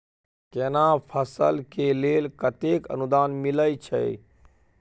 केना फसल के लेल केतेक अनुदान मिलै छै?